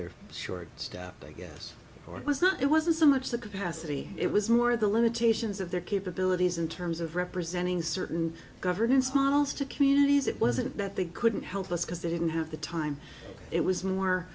they're short staffed i guess or it was not it wasn't so much the capacity it was more the limitations of their capabilities in terms of representing certain governance models to communities it wasn't that they couldn't help us because they didn't have the time it was more